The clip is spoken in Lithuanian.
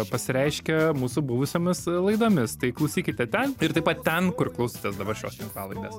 pasireiškia mūsų buvusiomis laidomis tai klausykite ten ir taip pat ten kur klausotės dabar šios tinklalaidės